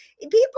people